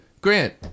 Grant